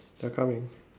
they are coming